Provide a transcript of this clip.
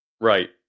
Right